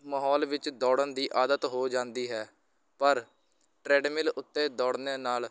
ਮਾਹੌਲ ਵਿੱਚ ਦੌੜਨ ਦੀ ਆਦਤ ਹੋ ਜਾਂਦੀ ਹੈ ਪਰ ਟਰੈਡਮਿਲ ਉੱਤੇ ਦੌੜਨ ਨਾਲ